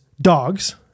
dogs